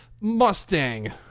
Mustang